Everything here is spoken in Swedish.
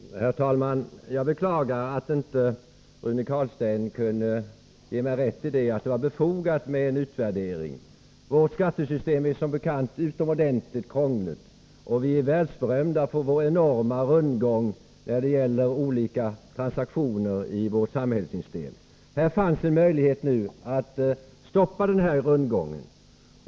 5 ; a mervärdeskatt; Herr talman! Jag beklagar att Rune Carlstein inte kunde ge mig rätt när jag Höna hävdade att det var befogat med en utvärdering. Vårt skattesystem är som bekant utomordentligt krångligt, och vi är världsberömda för vår rundgång när det gäller olika transaktioner i samhällssystemet. Här fanns nu en möjlighet att stoppa denna rundgång.